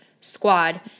squad